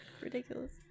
Ridiculous